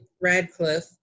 Radcliffe